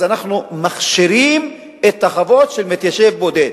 אז אנחנו מכשירים את החוות של מתיישב בודד.